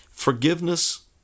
forgiveness